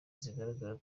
zigaragara